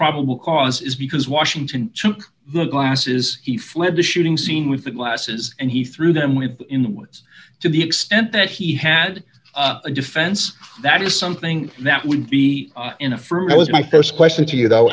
probable cause is because washington took the glasses he fled the shooting scene with the glasses and he threw them with in the woods to the extent that he had a defense that is something that would be in a firm that was my st question to you though